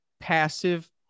passive